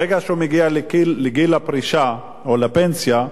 ברגע שהוא מגיע לגיל הפרישה או לפנסיה,